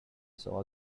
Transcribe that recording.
saw